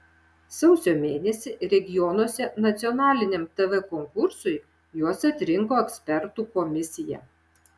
sausio mėnesį regionuose nacionaliniam tv konkursui juos atrinko ekspertų komisija